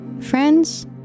Friends